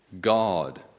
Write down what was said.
God